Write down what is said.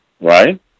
right